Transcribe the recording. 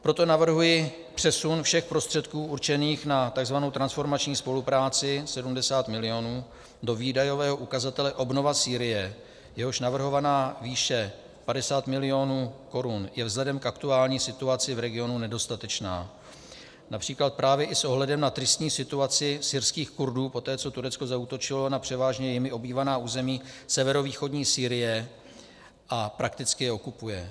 Proto navrhuji přesun všech prostředků určených na tzv. transformační spolupráci, 70 mil., do výdajového ukazatele obnova Sýrie, jehož navrhovaná výše 50 mil. korun je vzhledem k aktuální situaci v regionu nedostatečná, např. právě i s ohledem na tristní situaci syrských Kurdů poté, co Turecko zaútočilo na převážně jimi obývané území severovýchodní Sýrie a prakticky je okupuje.